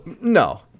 No